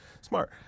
smart